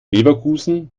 leverkusen